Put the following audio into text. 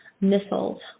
missiles